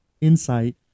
insight